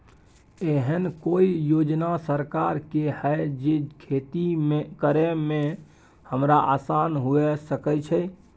एहन कौय योजना सरकार के है जै खेती करे में हमरा आसान हुए सके छै?